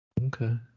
Okay